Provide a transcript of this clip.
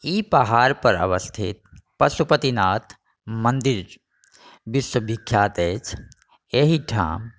ई पहाड़ पर अवस्थित पशुपति नाथ मन्दिर विश्वविख्यात अछि एहिठाम